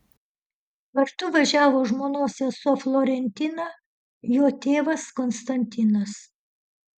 kartu važiavo žmonos sesuo florentina jo tėvas konstantinas